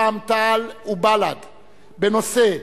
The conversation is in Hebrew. רע"ם-תע"ל ובל"ד בנושא: